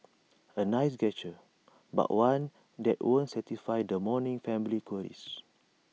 A nice gesture but one that won't satisfy the mourning family's queries